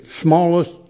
smallest